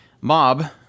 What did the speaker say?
Mob